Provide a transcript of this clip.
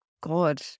God